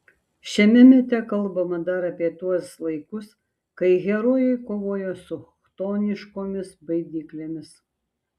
šiame mite kalbama dar apie tuos laikus kai herojai kovojo su chtoniškomis baidyklėmis